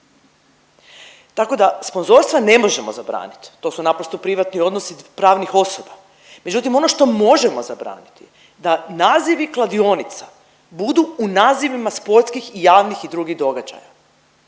Tako da sponzorstva ne možemo zabraniti, to su naprosto privatni odnosi pravnih osoba. Međutim, ono što možemo zabraniti da nazivi kladionica budu u nazivima sportskih i javnih i drugih događaja.